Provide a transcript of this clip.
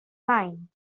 line